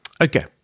okay